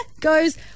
goes